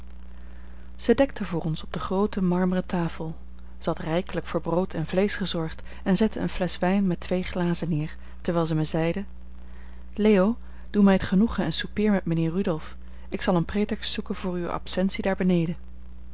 zij dekte voor ons op de groote marmeren tafel zij had rijkelijk voor brood en vleesch gezorgd en zette een flesch wijn met twee glazen neer terwijl zij mij zeide leo doe mij het genoegen en soupeer met mijnheer rudolf ik zal een pretext zoeken voor uwe absentie daar beneden